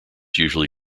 usually